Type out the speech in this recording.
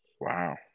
Wow